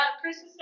Christmas